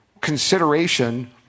consideration